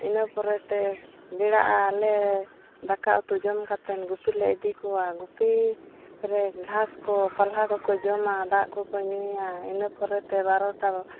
ᱤᱱᱟᱹ ᱯᱚᱨᱮᱛᱮ ᱵᱮᱲᱟᱜᱼᱟ ᱟᱞᱮ ᱫᱟᱠᱟ ᱩᱛᱩ ᱡᱚᱢ ᱠᱟᱛᱮᱫ ᱜᱩᱯᱤᱞᱮ ᱤᱫᱤ ᱠᱚᱣᱟ ᱜᱩᱯᱤᱨᱮ ᱜᱷᱟᱥ ᱠᱚ ᱯᱟᱞᱦᱟ ᱠᱚᱠᱚ ᱡᱚᱢᱟ ᱫᱟᱜ ᱠᱚᱠᱚ ᱧᱩᱭᱟ ᱤᱱᱟᱹ ᱯᱚᱨᱮᱛᱮ ᱵᱟᱨᱚᱴᱟ